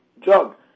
jug